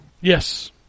Yes